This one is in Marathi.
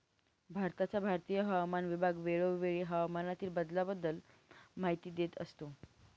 भारताचा भारतीय हवामान विभाग वेळोवेळी हवामानातील बदलाबद्दल माहिती देत असतो